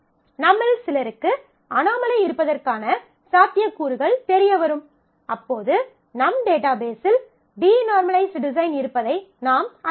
நம்மில் சிலருக்கு அனோமலி இருப்பதற்கான சாத்தியக்கூறுகள் தெரிய வரும் அப்போது நம் டேட்டாபேஸ்ஸில் டீநார்மலைஸ்ட் டிசைன் இருப்பதை நாம் அறியலாம்